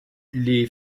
les